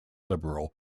liberal